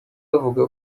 avuga